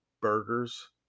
burgers